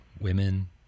women